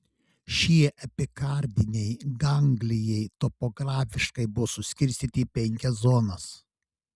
šie epikardiniai ganglijai topografiškai buvo suskirstyti į penkias zonas